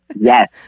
Yes